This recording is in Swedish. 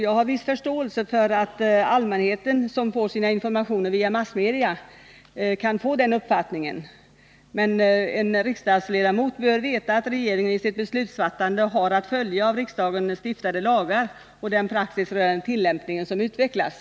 Jag har viss förståelse för att allmänheten, som får sina informationer via massmedia, kan få den uppfattningen. Men en riksdagsledamot bör veta att regeringen i sitt beslutsfattande har att följa av riksdagen stiftade lagar och den praxis rörande tillämpningen som utvecklats.